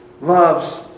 loves